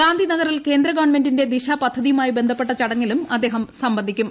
ഗാന്ധിനഗറിൽ കേന്ദ്ര ഗവൺമെന്റിന്റെ ദിശ പദ്ധതിയുമായി ബന്ധപ്പെട്ട ചടങ്ങിലും അദ്ദേഹം സംബന്ധിക്കും